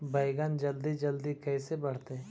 बैगन जल्दी जल्दी कैसे बढ़तै?